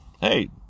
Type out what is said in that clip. Hey